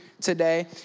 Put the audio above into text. today